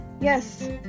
yes